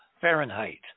Fahrenheit